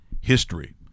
history